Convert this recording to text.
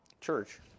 church